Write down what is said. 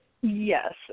yes